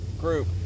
group